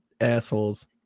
assholes